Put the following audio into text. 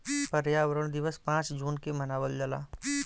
पर्यावरण दिवस पाँच जून के मनावल जाला